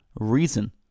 Reason